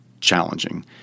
challenging